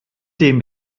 dem